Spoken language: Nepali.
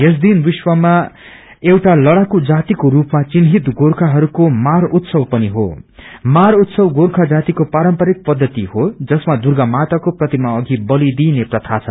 यस दिन विश्वमा एउटा लड़ाकू जातिको रूपमा चिन्हित गोर्खाहरूको मार उत्सव पनि हो मार उतसव गोर्खा जातिहरूको पारम्परिक पद्धति हो जसमा दुर्गा माताको प्रतिमा अघि बलि दिइने प्रथा छ